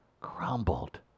crumbled